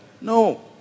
No